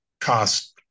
cost